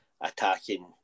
attacking